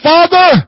Father